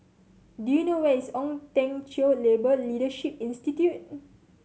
do you know where is Ong Teng Cheong Labour Leadership Institute